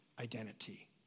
identity